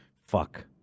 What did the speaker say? fuck